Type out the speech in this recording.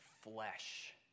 flesh